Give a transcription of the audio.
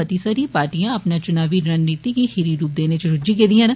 मती सारी पार्टियां अपनी चुनावी रणनीति गी खीरी रुप देने च रुझी गेदियां न